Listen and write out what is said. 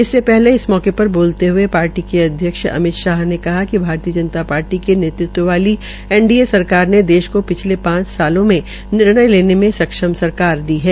इससे पहले इस मौके पर बोलते हये पार्टी के अध्यक्ष अमित शाह ने कहा कि भारतीय जनता पार्टी के नेतृत्व वाली एनडीए सरकार ने देश को पिछले पांच वर्षो में निर्णय लेने में सक्षम सरकार दी है